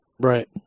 Right